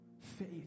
faith